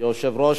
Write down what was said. יושב-ראש